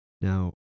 Now